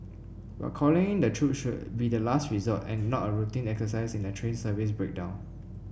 but calling in the troops should be the last resort and not a routine exercise in a train service breakdown